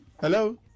Hello